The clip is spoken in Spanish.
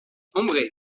hombre